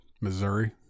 Missouri